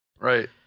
Right